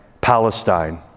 Palestine